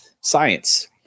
science